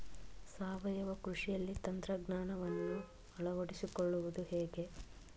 ಸಾವಯವ ಕೃಷಿಯಲ್ಲಿ ತಂತ್ರಜ್ಞಾನವನ್ನು ಅಳವಡಿಸಿಕೊಳ್ಳುವುದು ಹೇಗೆ?